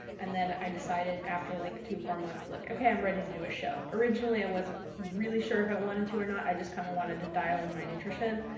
and then i decided after like two, four months like okay, i'm ready to do a show. originally i wasn't really sure if i wanted to or not. i just kind of wanted to dial in my nutrition.